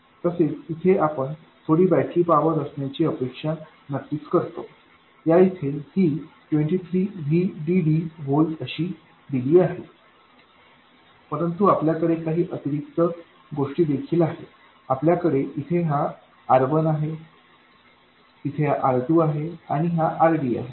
तसेच इथे आपण थोडी बॅटरी पावर असण्याची अपेक्षा नक्कीच करतो या इथे ही 23 VDD व्होल्ट अशी दिली आहे परंतु आपल्याकडे काही अतिरिक्त गोष्टी देखील आहेत आपल्याकडे इथे हा R1आहे तिथे R2आहे आणि हा RDआहे